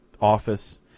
office